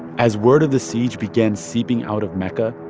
as word of the siege began seeping out of mecca,